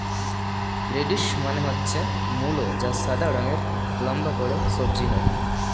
radish মানে হচ্ছে মূলো যা সাদা রঙের লম্বা করে সবজি হয়